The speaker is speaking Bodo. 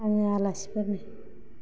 आङो आलासिफोरनो